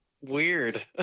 weird